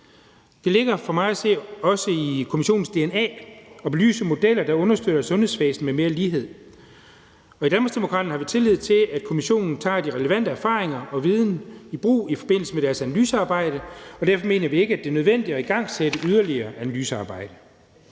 Det ligger for mig at se også i kommissionens dna at belyse modeller, der understøtter et sundhedsvæsen med mere lighed. I Danmarksdemokraterne har vi tillid til, at kommissionen tager de relevante erfaringer og den relevante viden i brug i forbindelse med deres analysearbejde, og derfor mener vi ikke, det er nødvendigt at igangsætte yderligere analysearbejde.